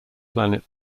planet